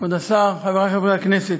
כבוד השר, חברי חברי הכנסת,